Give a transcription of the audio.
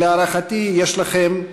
שלהערכתי יש לכם,